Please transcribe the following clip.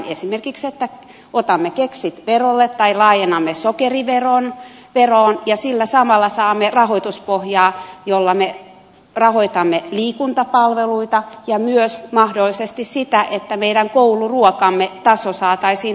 esimerkiksi että otamme keksit verolle tai laajennamme sokeriveroon ja sillä samalla saamme rahoituspohjaa jolla me rahoitamme liikuntapalveluita ja myös mahdollisesti sitä että meidän kouluruokamme taso saataisiin nostettua